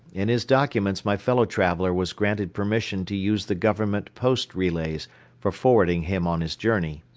in his documents my fellow traveler was granted permission to use the government post relays for forwarding him on his journey.